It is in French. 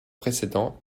précédent